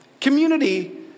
Community